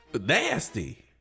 Nasty